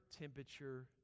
temperature